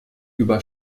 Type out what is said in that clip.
über